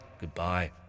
Goodbye